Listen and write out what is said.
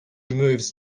moves